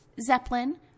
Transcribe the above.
Zeppelin